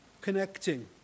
connecting